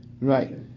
Right